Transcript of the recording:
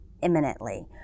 imminently